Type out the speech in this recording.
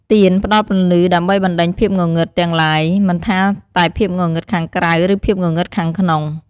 ទៀនផ្តល់ពន្លឺដើម្បី បណ្ដេញភាពងងឹត ទាំងឡាយ មិនថាតែភាពងងឹតខាងក្រៅ ឬភាពងងឹតខាងក្នុង។